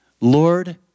Lord